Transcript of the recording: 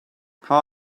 how